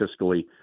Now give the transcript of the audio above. fiscally